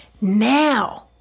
now